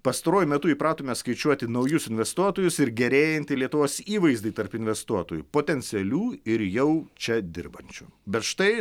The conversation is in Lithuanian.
pastaruoju metu įpratome skaičiuoti naujus investuotojus ir gerėjantį lietuvos įvaizdį tarp investuotojų potencialių ir jau čia dirbančių bet štai